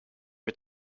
mir